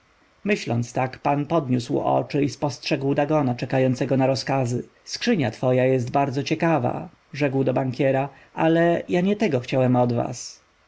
myśląc tak pan podniósł oczy i spostrzegł dagona oczekującego na rozkazy skrzynia twoja jest bardzo ciekawa rzekł do bankiera ale ja nie tego chciałem od was